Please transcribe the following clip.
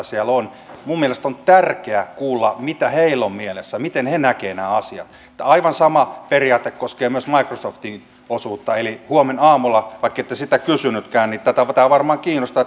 siellä on minun mielestäni on tärkeä kuulla mitä heillä on mielessä miten he näkevät nämä asiat aivan sama periaate koskee myös microsoftin osuutta eli heti huomenaamulla vaikkette sitä kysynytkään niin tämä varmaan kiinnostaa